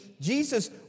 Jesus